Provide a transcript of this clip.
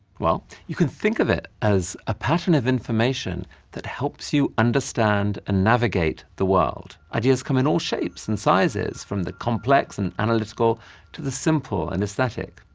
well, you can think of it as a pattern of information that helps you understand and navigate the world. ideas come in all shapes and sizes, from the complex and analytical to the simple and aesthetic.